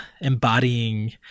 embodying